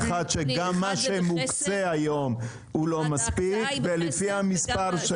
גם מה שמוקצה היום לא מספיק --- הוא